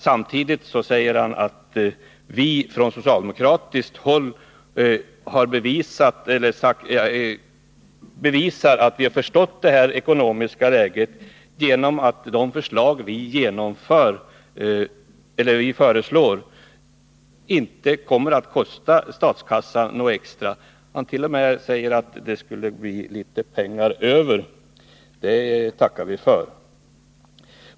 Samtidigt säger han att vi från socialdemokratiskt håll bevisar att vi har förstått det ekonomiska läget, genom att våra förslag inte kommer att kosta statskassan något extra. Han säger att dett.o.m. skulle bli litet pengar över, och det tackar vi för.